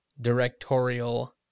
directorial